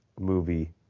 movie